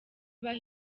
ibaha